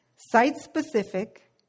site-specific